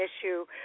issue